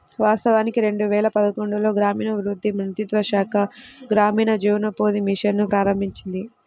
వాస్తవానికి రెండు వేల పదకొండులో గ్రామీణాభివృద్ధి మంత్రిత్వ శాఖ గ్రామీణ జీవనోపాధి మిషన్ ను ప్రారంభించింది